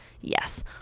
yes